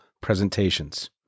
presentations